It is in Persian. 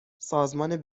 سازمان